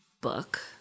book